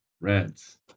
Reds